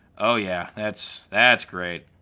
oh yeah, that's that's great.